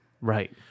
Right